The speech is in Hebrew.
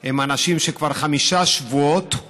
וההשקעה באמצעים המיוחדים, בהאזנות, באיכונים,